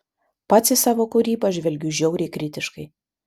pats į savo kūrybą žvelgiu žiauriai kritiškai